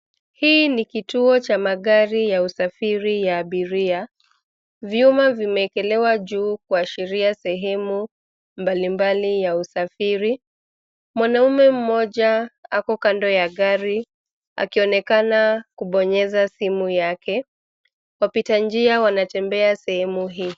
Hii ni kituo cha magari ya usafiri ya abiria. Vyuma vimeekelewa juu kuashiria sehemu mbalimbali ya usafiri. Mwanaume mmoja ako kando ya gari akionekana kubonyeza simu yake. Wapita njia wanatembea sehemu hii.